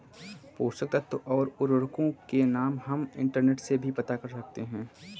पोषक तत्व और उर्वरकों के नाम हम इंटरनेट से भी पता कर सकते हैं